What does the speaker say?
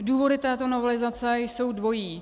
Důvody této novelizace jsou dvojí.